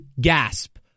gasp